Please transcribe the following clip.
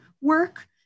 work